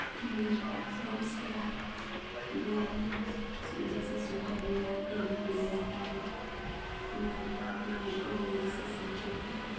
नहीं होगा फिर उसके बाद बुनाई जैसे सूटर बिनना ये भी मुझे आता है मैं अपने मम्मी जी से सीखी हूँ